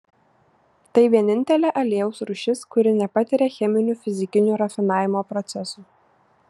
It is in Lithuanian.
tai vienintelė aliejaus rūšis kuri nepatiria cheminių fizikinių rafinavimo procesų